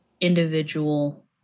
individual